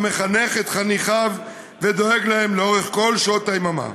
המחנך את חניכיו ודואג להם לאורך כל שעות היממה.